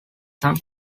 son